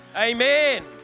Amen